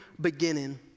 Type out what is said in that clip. beginning